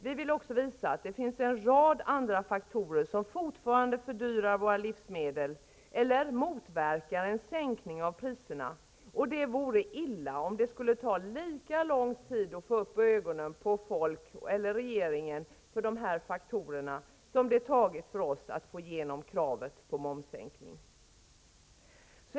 Men vill också visa på att det finns en rad andra faktorer som fortfarande fördyrar våra livsmedel eller motverkar en sänkning av priserna. Det vore illa om det skulle ta lika lång tid att få upp ögonen på folk eller på regeringen för dessa faktorer som det tagit för oss att få igenom kravet på momssänkning.